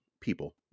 people